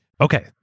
Okay